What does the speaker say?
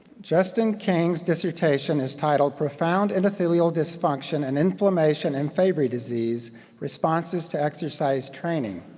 justin kang's dissertation is titled profound epithelial dysfunction and inflammation and fabry disease responses to exercise training.